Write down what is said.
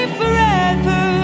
forever